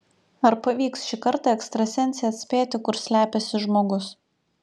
ar pavyks šį kartą ekstrasensei atspėti kur slepiasi žmogus